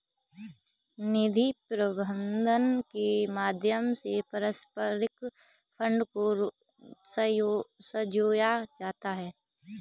निधि प्रबन्धन के माध्यम से पारस्परिक फंड को संजोया जाता है